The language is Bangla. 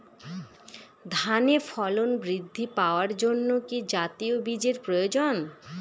ধানে ফলন বৃদ্ধি পাওয়ার জন্য কি জাতীয় বীজের প্রয়োজন?